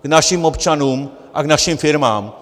K našim občanům a k našim firmám.